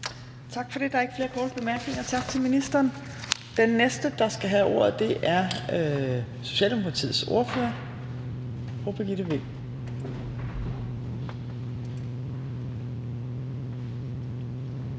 Tak for det. Der er ikke flere korte bemærkninger. Tak til ministeren. Den næste, der skal have ordet, er Socialdemokratiets ordfører, fru Birgitte Vind.